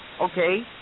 Okay